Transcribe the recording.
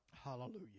Hallelujah